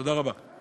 תודה רבה.